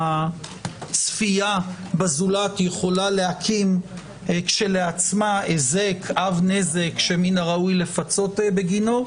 שהצפייה בזולת יכולה להקים אב נזק שמן הראוי לפצות בגינו,